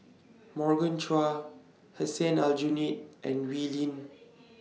Morgan Chua Hussein Aljunied and Wee Lin